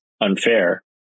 unfair